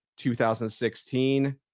2016